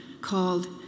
called